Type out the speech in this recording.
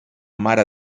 mare